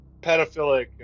pedophilic